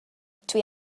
dwi